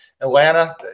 Atlanta